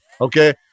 Okay